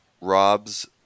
Rob's